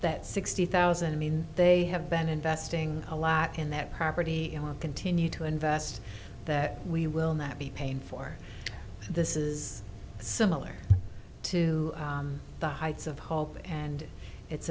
that sixty thousand mean they have been investing a lot in that property continue to invest that we will not be paying for this is similar to the heights of hope and it's